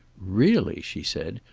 really! she said.